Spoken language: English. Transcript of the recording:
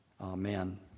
Amen